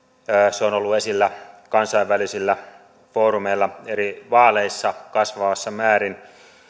se on ollut esillä kansainvälisillä foorumeilla eri vaaleissa kasvavassa määrin